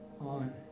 on